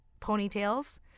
ponytails